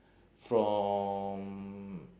from